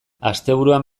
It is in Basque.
asteburuan